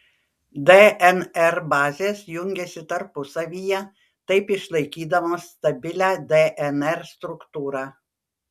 dnr bazės jungiasi tarpusavyje taip išlaikydamos stabilią dnr struktūrą